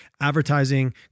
advertising